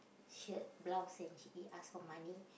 shirt blouse and he ask for money